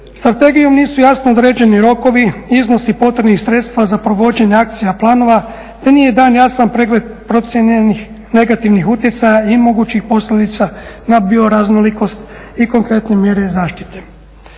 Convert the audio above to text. Strategijom nisu jasno određeni rokovi, iznosi potrebnih sredstava za provođenje akcijskih planova, te nije dan jasan pregled procijenjenih negativnih utjecaja i mogućih posljedica na bioraznolikost i konkretne mjere zaštite.